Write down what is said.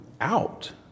out